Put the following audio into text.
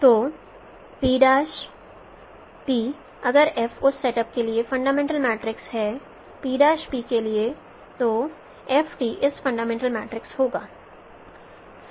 तो P P अगर F उस सेटअप के लिए फंडामेंटल मैट्रिक्स है P P के लिए तो FT इसका फंडामेंटल मैट्रिक्स होगा